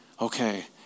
okay